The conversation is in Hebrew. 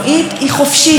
מה זה אומר חופשית?